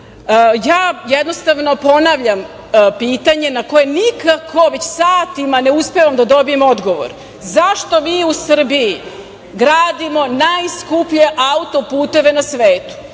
Jednostavno ponavljam pitanje na koje nikako već satima ne uspevam da dobijem odgovor – zašto mi u Srbiji gradimo najskuplje autoputeve na svetu?